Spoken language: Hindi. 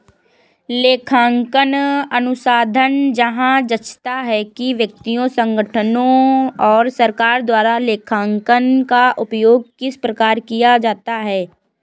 लेखांकन अनुसंधान यह जाँचता है कि व्यक्तियों संगठनों और सरकार द्वारा लेखांकन का उपयोग किस प्रकार किया जाता है